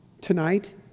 Tonight